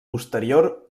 posterior